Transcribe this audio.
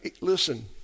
listen